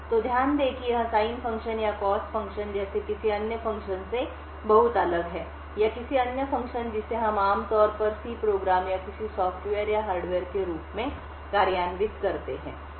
तो ध्यान दें कि यह साइन फ़ंक्शन या कॉस फ़ंक्शन जैसे किसी अन्य फ़ंक्शन से बहुत अलग है या किसी अन्य फ़ंक्शन जिसे हम आमतौर पर C प्रोग्राम या किसी सॉफ़्टवेयर या हार्डवेयर के रूप में कार्यान्वित करते हैं